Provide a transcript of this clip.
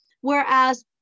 Whereas